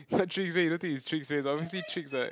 tricks meh you don't think is tricks meh is obviously tricks what